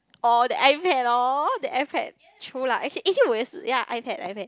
orh the iPad loh the iPad true lah actually actually 我也是 ya iPad iPad